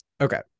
Okay